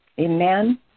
Amen